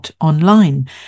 Online